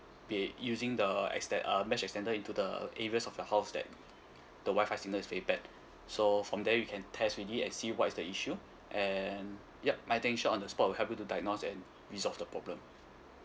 be using the exte~ uh mesh extender into the areas of your house that the wifi signal is very bad so from there you can test already and see what is the issue and yup my technician on the spot will help you to diagnose and resolve the problem